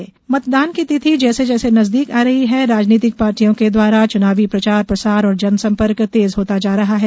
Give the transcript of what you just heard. दमोह प्रचार मतदान की तिथि जैसे जैसे नजदीक आती जा रही है राजनीतिक पार्टियों के द्वारा चुनावी प्रचार प्रसार और जनसंपर्क तेज होता जा रहा है